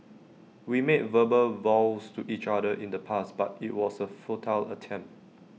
we made verbal vows to each other in the past but IT was A futile attempt